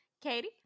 Katie